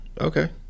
Okay